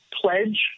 pledge